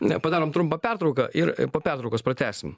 ne padarom trumpą pertrauka ir po pertraukos pratęsim